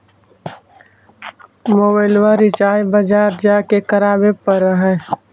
मोबाइलवा रिचार्ज बजार जा के करावे पर है?